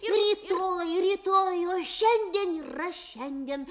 rytoj rytoj o šiandien yra šiandien